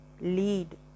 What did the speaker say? lead